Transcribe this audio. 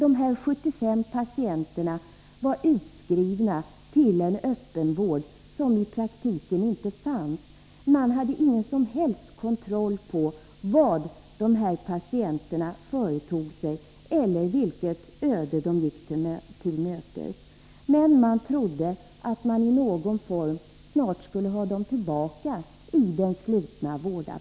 Dessa 75 patienter var utskrivna till en öppenvård som i praktiken inte fanns. Man hade ingen som helst kontroll på vad dessa patienter företog sig eller vilket öde de gick till mötes. Men man trodde att man i någon form snart skulle ha dem tillbaka i den slutna vården igen.